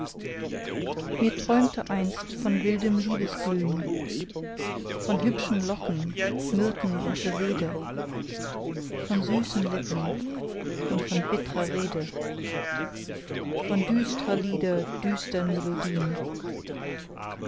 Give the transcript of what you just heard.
mir träumte einst von wildem liebesglühn von hübschen locken myrten und resede von süßen lippen und von bittrer rede von düstrer lieder düstern melodien